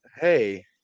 Hey